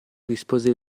rispose